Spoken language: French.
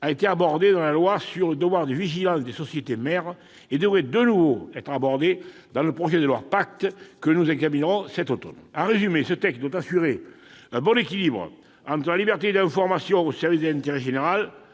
a été abordée dans la loi sur le devoir de vigilance des sociétés mères et devrait de nouveau être abordée dans le projet de loi PACTE, que nous examinerons cet automne. En résumé, ce texte doit assurer un bon équilibre entre la liberté d'information au service de l'intérêt général